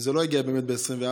וזה לא הגיע באמת בתוך 24,